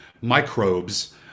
microbes